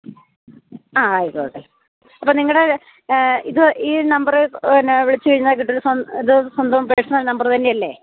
ആ ആയ്ക്കോട്ടെ അപ്പോള് നിങ്ങളുടെ ഇത് ഈ നമ്പര് എന്നാ വിളിച്ചുകഴിഞ്ഞാല് കിട്ടുന്ന ഇത് സ്വന്തം പേഴ്സണൽ നമ്പര് തന്നെയല്ലേ